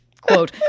quote